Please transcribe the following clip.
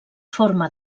forma